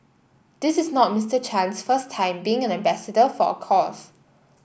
this is not Mister Chan's first time being an ambassador for a cause